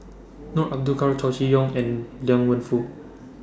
No Abdullah Chow Chee Yong and Liang Wenfu